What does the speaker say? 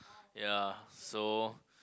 ya so